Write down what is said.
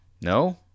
no